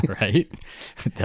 Right